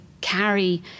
carry